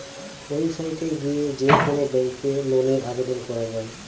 website এ গিয়ে যে কোন ব্যাংকে লোনের আবেদন করা যায়